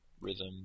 rhythm